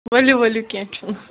ؤلِو ؤلِو کیٚنٛہہ چھُنہٕ